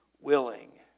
willing